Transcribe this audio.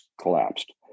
collapsed